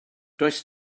does